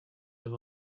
have